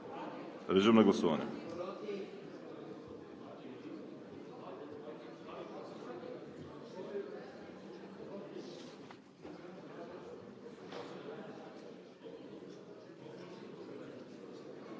режим на гласуване.